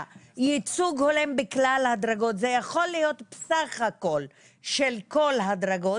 "ייצוג הולם בכלל הדרגות" זה יכול להיות סך של כל הדרגות,